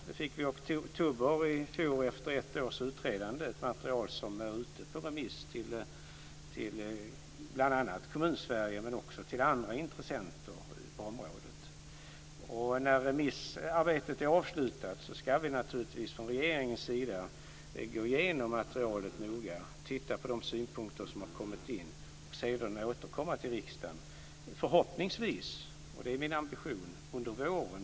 Det fick vi i oktober i fjol efter ett års utredande. Det är ett material som är ute på remiss i bl.a. Kommun-Sverige, men också hos andra intressenter på området. När remissarbetet är avslutat ska vi naturligtvis från regeringens sida gå igenom materialet noga och titta på de synpunkter som har kommit in. Sedan ska vi återkomma till riksdagen. Förhoppningsvis - det är min ambition - blir det under våren.